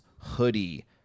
hoodie